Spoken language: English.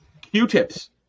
Q-Tips